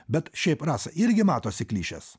bet šiaip rasa irgi matosi klišės